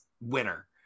winner